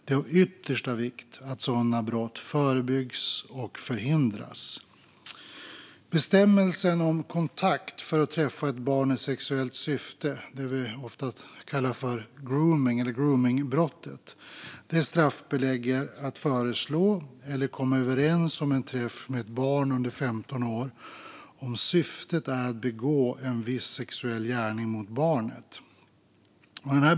Det är av yttersta vikt att sådana brott förebyggs och förhindras. Bestämmelsen om kontakt för att träffa ett barn i sexuellt syfte, det vi ofta kallar för gromning eller gromningsbrottet, straffbelägger att föreslå eller komma överens om en träff med ett barn under 15 år om syftet är att begå en viss sexuell gärning mot barnet.